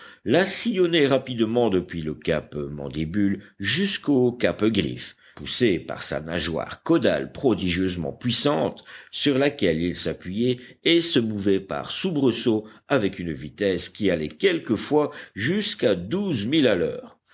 la sillonnait rapidement depuis le cap mandibule jusqu'au cap griffe poussé par sa nageoire caudale prodigieusement puissante sur laquelle il s'appuyait et se mouvait par soubresauts avec une vitesse qui allait quelquefois jusqu'à douze milles à l'heure